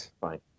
Fine